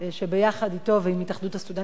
אתו ועם הסתדרות הסטודנטים הארצית הובלנו,